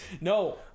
No